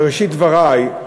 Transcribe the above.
בראשית דברי,